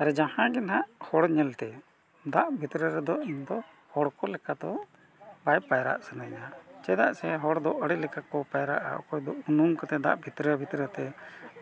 ᱟᱨ ᱡᱟᱦᱟᱸ ᱜᱮ ᱱᱟᱦᱟᱸᱜ ᱦᱚᱲ ᱧᱮᱞᱛᱮ ᱫᱟᱜ ᱵᱷᱤᱛᱨᱟᱹ ᱨᱮᱫᱚ ᱤᱧ ᱫᱚ ᱦᱚᱲ ᱠᱚ ᱞᱮᱠᱟ ᱫᱚ ᱵᱟᱭ ᱯᱟᱭᱨᱟᱜ ᱥᱟᱱᱟᱧᱟ ᱪᱮᱫᱟᱜ ᱥᱮ ᱦᱚᱲ ᱫᱚ ᱟᱹᱰᱤ ᱞᱮᱠᱟ ᱠᱚ ᱯᱟᱭᱨᱟᱜᱼᱟ ᱚᱠᱚᱭ ᱫᱚ ᱩᱱᱩᱢ ᱠᱟᱛᱮᱜ ᱫᱟᱜ ᱵᱷᱤᱛᱨᱟ ᱵᱷᱤᱛᱨᱟᱹ ᱛᱮ